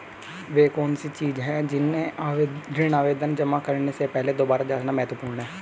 वे कौन सी चीजें हैं जिन्हें ऋण आवेदन जमा करने से पहले दोबारा जांचना महत्वपूर्ण है?